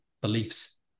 beliefs